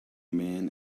man